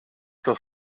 doch